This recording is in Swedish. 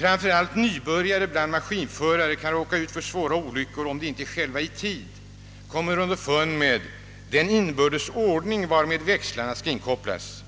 Framför allt nybörjare bland maskinförarna kan råka ut för svåra olyckor, om de inte själva i tid kommer underfund med den inbördes ordning varmed växlarna skall inkopplas.